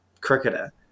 cricketer